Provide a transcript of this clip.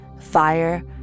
fire